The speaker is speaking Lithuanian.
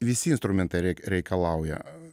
visi instrumentai rėkia reikalauja